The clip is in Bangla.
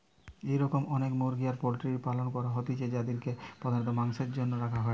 এরম অনেক মুরগি আর পোল্ট্রির পালন করা হইতিছে যাদিরকে প্রধানত মাংসের জন্য রাখা হয়েটে